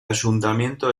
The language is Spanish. ayuntamiento